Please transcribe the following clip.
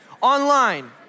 Online